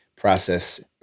process